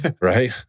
Right